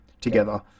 together